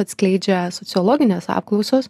atskleidžia sociologinės apklausos